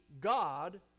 God